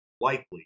likely